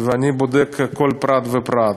אני בודק כל פרט ופרט.